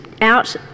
out